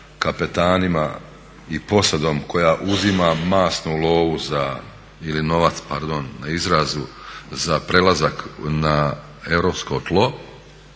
kapetanima i posadom koja uzima masnu lovu za ili novac pardon na izrazu za prelazak na europsko tlo.